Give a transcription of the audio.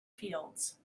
fields